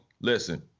listen